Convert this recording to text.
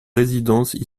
résidences